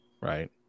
right